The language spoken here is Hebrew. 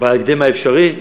בהקדם האפשרי.